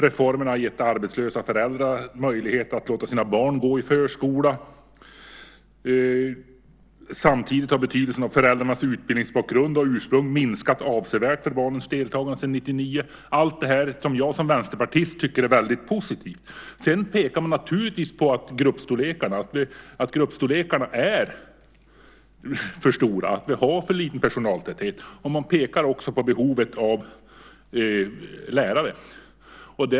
Reformerna har gett arbetslösa föräldrar möjlighet att låta sina barn gå i förskola. Samtidigt har betydelsen av föräldrarnas utbildningsbakgrund och ursprung för barnens deltagande minskat avsevärt sedan 1999. Allt detta är sådant som jag som vänsterpartist tycker är väldigt positivt. Sedan pekar man naturligtvis på att grupperna är för stora och att vi har för liten personaltäthet. Man pekar också på behovet av lärare.